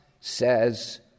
says